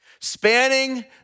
spanning